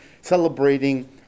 celebrating